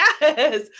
Yes